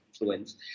influence